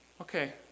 okay